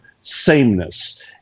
sameness